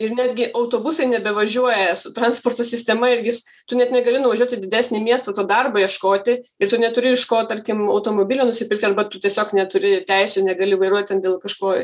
ir netgi autobusai nebevažiuoja su transporto sistema ir jis tu net negali nuvažiuoti į didesnį miestą to darbo ieškoti ir tu neturi iš ko tarkim automobilio nusipirkti arba tu tiesiog neturi teisių negali vairuot ten dėl kažko